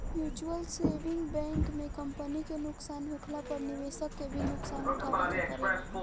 mutual saving bank में company के नुकसान होखला पर निवेशक के भी नुकसान उठावे के पड़ेला